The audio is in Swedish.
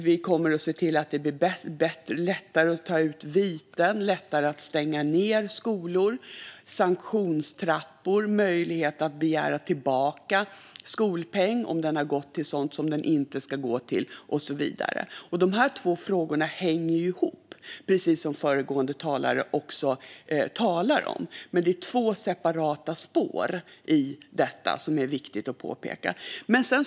Vi kommer att se till att det blir lättare att ge viten och lättare att stänga skolor. Det handlar också om sanktionstrappor och möjlighet att begära tillbaka skolpeng om den har gått till sådant som den inte ska gå till och så vidare. Dessa två frågor hänger ihop, precis som föregående talare också talade om. Men det är två separata spår i detta - det är viktigt att påpeka det.